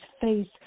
face